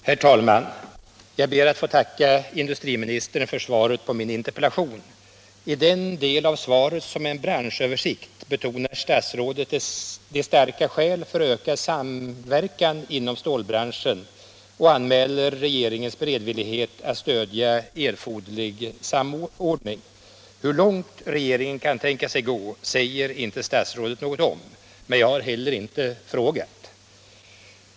Herr talman! Jag ber att få tacka industriministern för svaret på min interpellation. I den del av svaret som är en branschöversikt betonar statsrådet de starka skälen för ökad samverkan inom stålbranschen och anmäler regeringens beredvillighet att stödja erforderlig samordning. Hur långt regeringen kan tänka sig gå säger inte statsrådet något om, men jag har heller inte frågat.